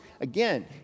again